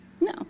No